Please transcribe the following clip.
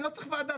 לא צריך וועדה,